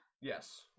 Yes